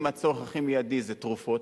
אם הצורך הכי מיידי זה תרופות,